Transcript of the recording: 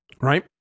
right